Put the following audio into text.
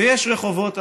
יש רחובות,